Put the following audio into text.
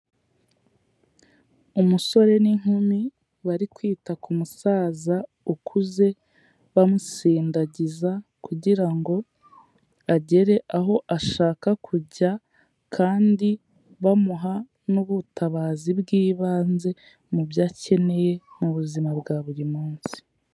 Umusore n'inkumi, bari kwita ku musaza ukuze, bamusindagiza, kugira ngo agere aho ashaka kujya, kandi bamuha n'ubutabazi bw'ibanze, mu byo akeneye, mu buzima bwa buri munsi.